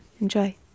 enjoy